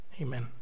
Amen